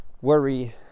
worry